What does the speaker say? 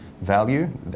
value